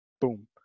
boom